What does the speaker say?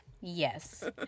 Yes